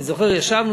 אני זוכר שישבנו,